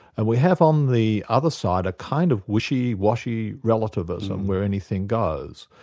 and we have on the other side a kind of wishy-washy relativism where anything goes.